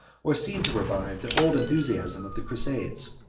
or seemed to revive, the old enthusiasm of the crusades.